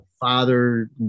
Father